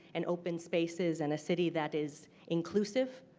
and open spaces, and a city that is inclusive.